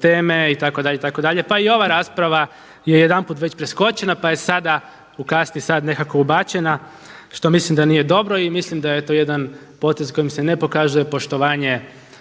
teme itd. itd. Pa i ova rasprava je jedanput već preskočena pa je sada u kasni sat nekako ubačena što mislim da nije dobro i mislim da je to jedan potez kojim se ne pokazuje poštovanje